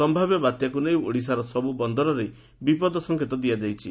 ସମ୍ଭାବ୍ୟ ବାତ୍ୟାକୁ ନେଇ ଓଡ଼ିଶାର ସବୁ ବନ୍ଦରରେ ବିପଦ ସଂକେତ ଦିଆଯାଇଛି